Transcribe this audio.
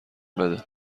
بده